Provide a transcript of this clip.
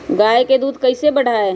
गाय का दूध कैसे बढ़ाये?